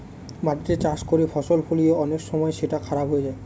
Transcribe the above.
মাটিতে চাষ করে ফসল ফলিয়ে অনেক সময় সেটা খারাপ হয়ে যায়